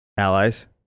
Allies